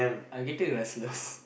I getting restless